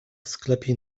sklepie